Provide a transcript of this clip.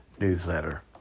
newsletter